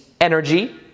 energy